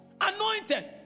anointed